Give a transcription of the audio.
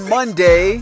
Monday